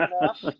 enough